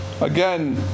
again